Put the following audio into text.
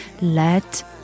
Let